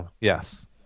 Yes